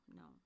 no